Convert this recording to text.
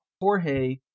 Jorge